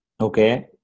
Okay